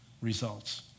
results